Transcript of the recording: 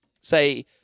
say